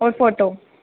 और फोटो